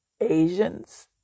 Asians